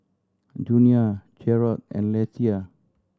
Junia Jerrod and Lethia